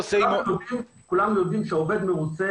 כולנו יודעים שעובד מרוצה